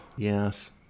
Yes